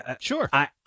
Sure